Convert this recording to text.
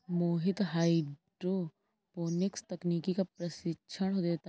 मोहित hydroponics तकनीक का प्रशिक्षण देता है